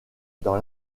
dans